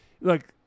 look